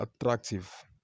attractive